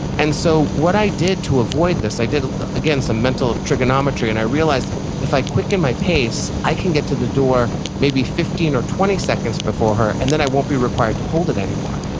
and so what i did to avoid this, i did again some mental trigonometry, and i realized if i quicken my pace, i can get to the door maybe fifteen or twenty seconds before her and then i won't be required to hold it anymore.